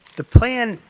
the plan.